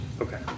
Okay